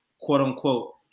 quote-unquote